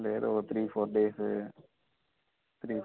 లేదు ఒక three four days three